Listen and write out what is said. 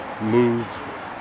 move